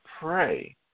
pray